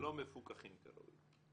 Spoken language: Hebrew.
הם לא מפוקחים כראוי.